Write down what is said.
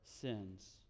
sins